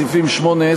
סעיפים 8,